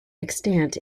extant